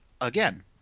Again